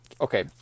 okay